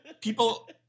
people